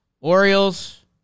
Orioles